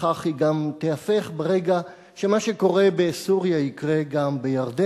והיא תהיה כזו לא רק למעשה אלא גם להלכה,